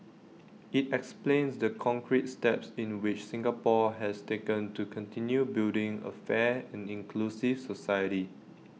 IT explains the concrete steps in which Singapore has taken to continue building A fair and inclusive society